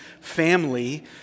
family